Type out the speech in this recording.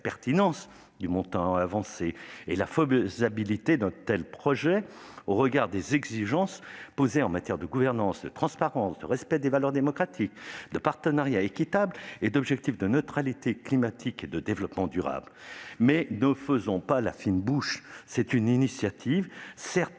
pertinence du montant prévu et sur la faisabilité d'un tel projet au regard des exigences posées en matière de gouvernance, de transparence, de respect des valeurs démocratiques, de partenariats équitables et d'objectifs de neutralité climatique et de développement durable, mais ne faisons pas la fine bouche : c'est une initiative, certes